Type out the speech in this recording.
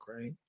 right